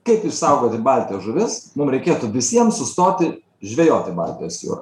kaip išsaugoti baltijos žuvis mum reikėtų visiem sustoti žvejoti baltijos jūroj